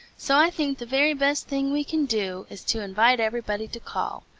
so i think the very best thing we can do is to invite everybody to call.